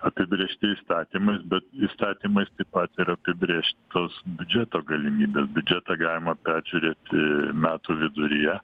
apibrėžti įstatymais bet įstatymais taip pat ir apibrėžtos biudžeto galimybės biudžetą galima peržiūrėti metų viduryje